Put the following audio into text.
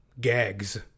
gags